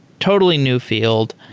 totally new fi eld.